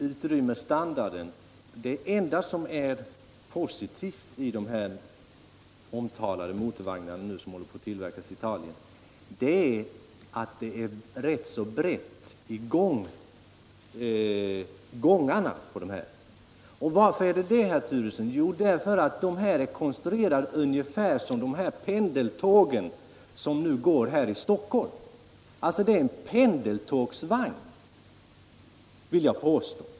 Herr talman! Jag har åkt många gånger i de nuvarande motorvagnarna. Det enda som är positivt när det gäller utrymmesstandarden i de motorvagnar som nu håller på att tillverkas i Italien är att de har rätt breda gångar. Och varför har de det, herr Turesson? Jo, därför att dessa motorvagnar är konstruerade ungefär som pendeltågen här i Stockholmstrakten. Jag vill alltså påstå att detta är en pendeltågsvagn.